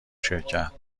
شرکت